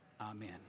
Amen